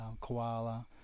koala